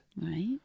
Right